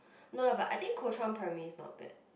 no lah but I think Kuo Chuan primary is not bad